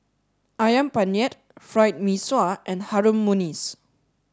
Ayam Penyet Fried Mee Sua and Harum Manis